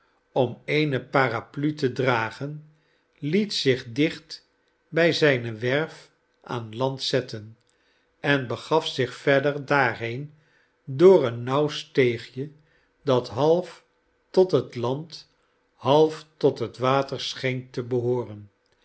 om eene paraplu te dragen liet zich dicht bij zijne werf aan land zetten en begaf zich verder daarheen door een nauw steegje dat half tot het land half tot het water scheen te behooren